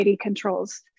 controls